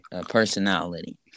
personality